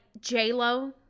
J-Lo